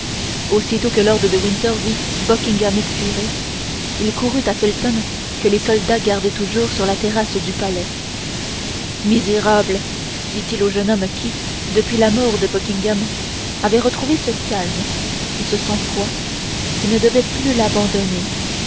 aussitôt que lord de winter vit buckingham expiré il courut à felton que les soldats gardaient toujours sur la terrasse du palais misérable dit-il au jeune homme qui depuis la mort de buckingham avait retrouvé ce calme et ce sang-froid qui ne devaient plus l'abandonner